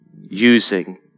using